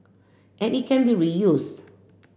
and it can be reused